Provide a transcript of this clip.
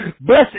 Bless